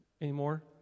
anymore